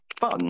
fun